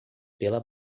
pela